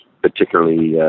particularly